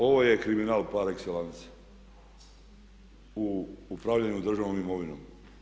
Ovo je kriminal par excellence u upravljanju državnom imovinom.